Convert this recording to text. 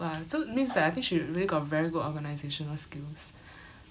!wah! so means that I think she really got very good organisational skills